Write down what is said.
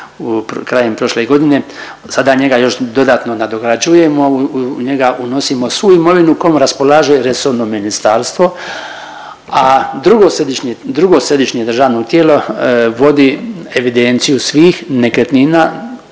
krajem prošle godine sada njega još dodatno nadograđujemo, u njega unosimo svu imovinu kojom raspolaže resorno ministarstvo, a drugo središnje državno tijelo vodi evidenciju svih nekretnina